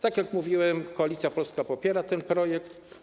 Tak jak mówiłem, Koalicja Polska popiera ten projekt.